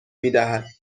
میدهد